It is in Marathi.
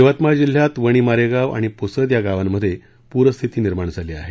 यवतमाळ जिल्ह्यात वणी मारेगाव आणि पुसद या गावांमध्ये पूरस्थिती निर्माण झाली आहे